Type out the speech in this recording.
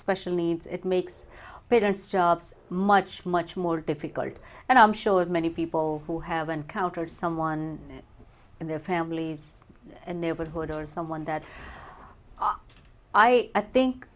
special needs it makes bitterness jobs much much more difficult and i'm sure many people who have been countered someone in their families and neighborhood or someone that i think